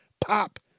Pop